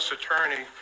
Attorney